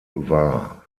war